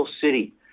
city